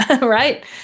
right